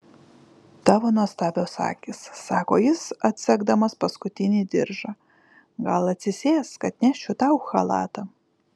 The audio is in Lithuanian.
tavo nuostabios akys sako jis atsegdamas paskutinį diržą gal atsisėsk atnešiu tau chalatą